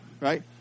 right